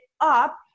up